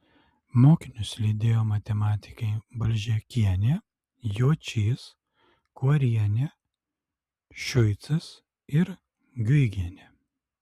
mokinius lydėjo matematikai balžėkienė juočys kuorienė šiucas ir guigienė